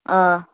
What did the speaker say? آ